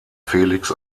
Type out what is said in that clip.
felix